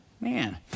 Man